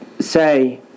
say